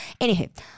Anywho